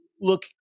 look